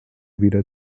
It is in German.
wieder